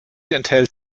enthält